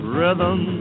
Rhythm